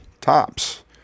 Tops